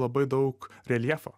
labai daug reljefo